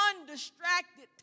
undistracted